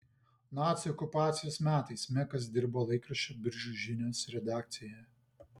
nacių okupacijos metais mekas dirbo laikraščio biržų žinios redakcijoje